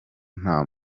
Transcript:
nta